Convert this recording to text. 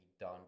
done